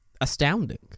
astounding